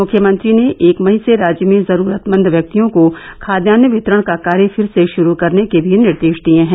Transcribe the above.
मुख्यमंत्रों ने एक मई से राज्य में जरूरतमंद व्यक्तियों को खाद्यान्न वितरण का कार्य फिर से शुरू करने के भी निर्देश दिए हैं